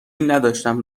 نداشتم